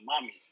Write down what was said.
mommy